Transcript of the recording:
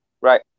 right